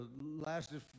lasted